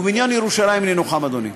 ובבניין ירושלים ננוחם, אדוני.